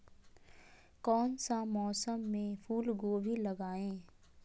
कौन सा मौसम में फूलगोभी लगाए?